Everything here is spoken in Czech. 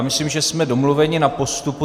Myslím, že jsme domluveni na postupu.